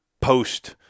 post